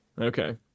Okay